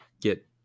get